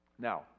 Now